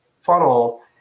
funnel